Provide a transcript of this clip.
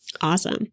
Awesome